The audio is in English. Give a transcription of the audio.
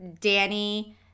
Danny